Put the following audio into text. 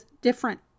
different